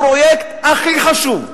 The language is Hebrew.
הפרויקט הכי חשוב,